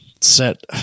set